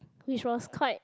which was quite